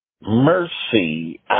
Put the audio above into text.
Mercy